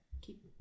keep